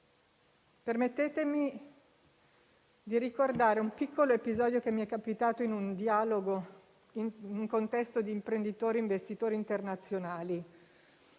Permettetemi di ricordare un piccolo episodio che mi è capitato in un dialogo in un contesto di imprenditori e investitori internazionali.